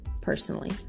personally